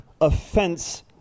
offense